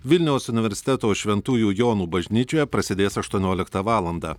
vilniaus universiteto šventųjų jonų bažnyčioje prasidės aštuonioliktą valandą